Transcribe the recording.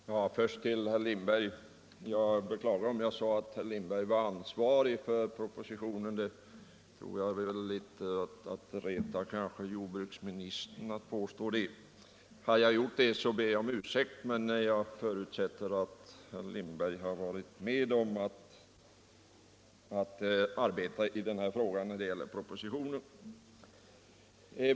Fru talman! Först några ord till herr Lindberg. Jag beklagar om jag sade att herr Lindberg var ansvarig för propositionen. Jag tror att det vore att reta jordbruksministern att påstå det. Har jag gjort det ber jag om ursäkt, men jag förutsätter att herr Lindberg varit med i propositionsarbetet i den här frågan.